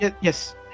Yes